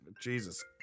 Jesus